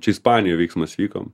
čia ispanijoj veiksmas vyko